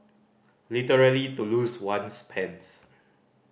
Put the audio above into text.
literally to lose one's pants